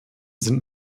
sind